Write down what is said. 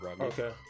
Okay